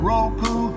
Roku